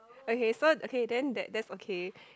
okay so okay then that that's okay